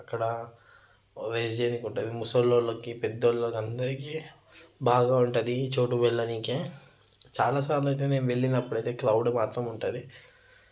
అక్కడ రేస్ చేయనీకి ఉంటుంది ముసలోళ్ళకి పెద్దోళ్ళకి అందరికి బాగా ఉంటుంది చోటు వెళ్ళనీకి చాలాసార్లు అయితే నేను వెళ్ళినప్పుడైతే క్రౌడ్ మాత్రం ఉంటుంది